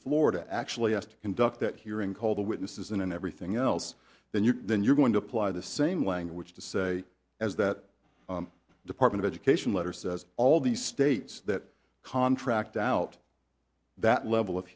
florida actually asked to conduct that hearing called the witnesses and everything else then you then you're going to apply the same language to say as that department of education letter says all these states that contract out that level of